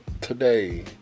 today